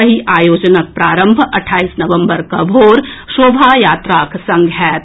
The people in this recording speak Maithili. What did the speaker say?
एहि आयोजनक प्रारंभ अट्ठाईस नवम्बर के भोर शोभा यात्राक संग होएत